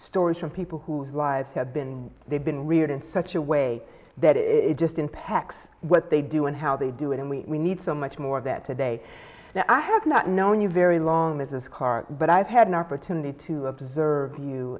stories from people whose lives have been they've been reared in such a way that it just impacts what they do and how they do it and we need so much more of that today now i have not known you very long as a scar but i've had an opportunity to observe you